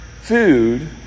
food